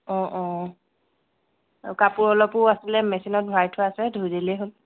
অ' অ' আৰু কাপোৰ অলপো আছিলে মেচিনত ভৰাই থোৱা আছে ধুই দিলে হ'ল